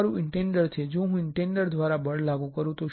જો હું ઇંડેન્ટર દ્વારા બળ લાગુ કરું તો શું થશે